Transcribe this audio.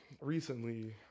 recently